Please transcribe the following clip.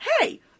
hey